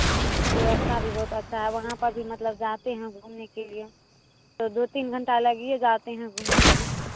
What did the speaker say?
व्यवस्था भी बहुत अच्छा है वहाँ पर भी मतलब जाते हैं घूमने के लिए तो दो तीन घंटा लगिए जाते हैं घूमने में